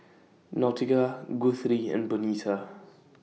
Nautica Guthrie and Bernita